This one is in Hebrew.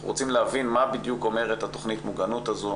אנחנו רוצים להבין מה בדיוק אומרת תוכנית המוגנות הזו,